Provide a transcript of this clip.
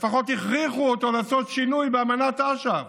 לפחות הכריחו אותו לעשות שינוי באמנת אש"ף,